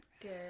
Good